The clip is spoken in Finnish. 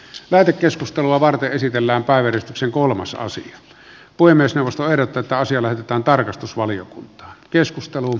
lähetekeskustelua varten esitellään päivystyksen kolmas aasi voi myös nousta erotetaan siellä on tarkastusvaliokunta tarkastusvaliokuntaan